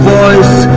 voice